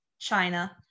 China